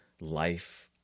life